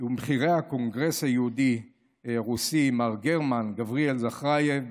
ומבכירי הקונגרס היהודי הרוסי מר גרמן גבריאל זכרייב.